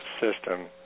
system